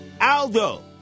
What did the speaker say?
Aldo